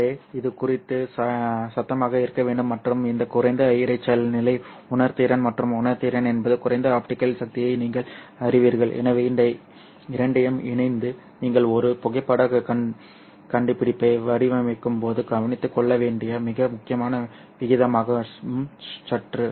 எனவே இது குறைந்த சத்தமாக இருக்க வேண்டும் மற்றும் இந்த குறைந்த இரைச்சல் நிலை உணர்திறன் மற்றும் உணர்திறன் என்பது குறைந்த ஆப்டிகல் சக்தியை நீங்கள் அறிவீர்கள் எனவே இந்த இரண்டையும் இணைத்து நீங்கள் ஒரு புகைப்படக் கண்டுபிடிப்பை வடிவமைக்கும்போது கவனித்துக் கொள்ள வேண்டிய மிக முக்கியமான விகிதமாகும் சுற்று